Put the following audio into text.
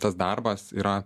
tas darbas yra